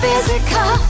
Physical